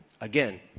Again